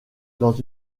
dans